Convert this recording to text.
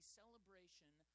celebration